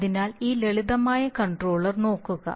അതിനാൽ ഈ ലളിതമായ കണ്ട്രോളർ നോക്കുക